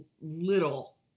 little